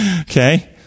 Okay